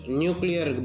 nuclear